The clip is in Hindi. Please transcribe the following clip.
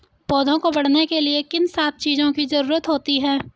पौधों को बढ़ने के लिए किन सात चीजों की जरूरत होती है?